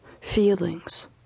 feelings